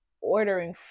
ordering